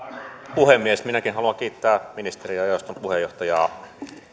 puhemies minäkin haluan kiittää ministeriä ja jaoston puheenjohtajaa